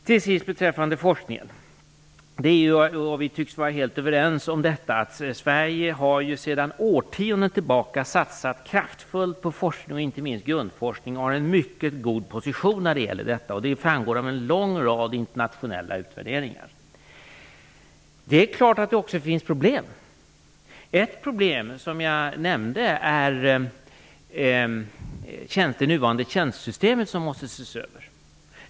Till sist beträffande forskningen tycks vi vara överens om att Sverige sedan årtionden tillbaka har satsat kraftfullt på forskning, inte minst på grundforskning, och att vi har en mycket god position när det gäller forskning. Det framgår av en lång rad internationella utvärderingar. Det är klart att det också finns problem. Ett problem, som jag nämnde, är det nuvarande tjänstesystemet som måste ses över.